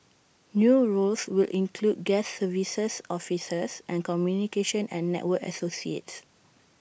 new roles will include guest services officers and communication and network associates